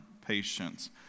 patience